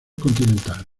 continental